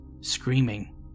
screaming